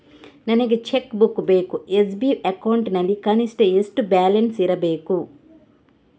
ನನಗೆ cheque book ಬೇಕು SB account ನಲ್ಲಿ ಕನಿಷ್ಠ ಎಷ್ಟು ಬ್ಯಾಲೆನ್ಸ್ ಇರಬೇಕು?